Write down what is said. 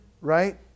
right